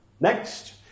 Next